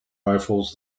rifles